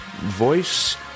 voice